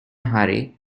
hurry